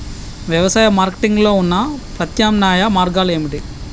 వ్యవసాయ మార్కెటింగ్ లో ఉన్న ప్రత్యామ్నాయ మార్గాలు ఏమిటి?